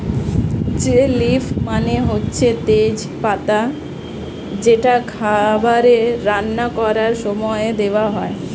বে লিফ মানে হচ্ছে তেজ পাতা যেটা খাবারে রান্না করার সময়ে দেওয়া হয়